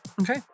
Okay